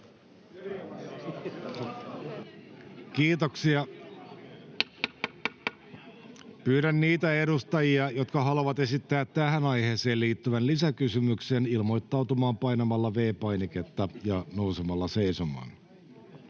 Kiitoksia. — Pyydän niitä edustajia, jotka haluavat esittää tähän aiheeseen liittyvän lisäkysymyksen, ilmoittautumaan painamalla V-painiketta ja nousemalla seisomaan.